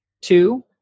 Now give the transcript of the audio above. Two